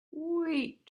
wait